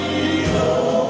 you know